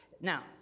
Now